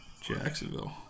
Jacksonville